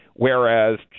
whereas